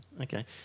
Okay